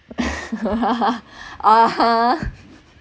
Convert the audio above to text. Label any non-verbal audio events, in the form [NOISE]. [LAUGHS] (uh huh)